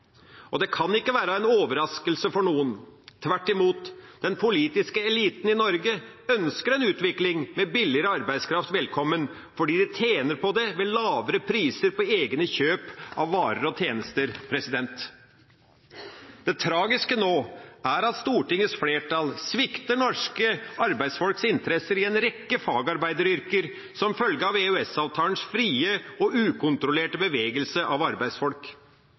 Det kan ikke være en overraskelse for noen, tvert imot. Den politiske eliten i Norge ønsker en utvikling med billigere arbeidskraft velkommen fordi man tjener på det ved lavere priser på egne kjøp av varer og tjenester. Det tragiske nå er at Stortingets flertall svikter norske arbeidsfolks interesser i en rekke fagarbeideryrker som følge av EØS-avtalens frie og ukontrollerte bevegelse av arbeidsfolk.